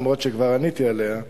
למרות שכבר עניתי עליה,